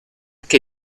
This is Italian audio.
che